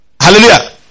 Hallelujah